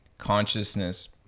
consciousness